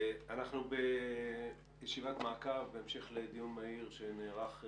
אנחנו בישיבת מעקב בהמשך לדיון מהיר שנערך,